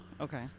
Okay